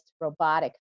robotic